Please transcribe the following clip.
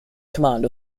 command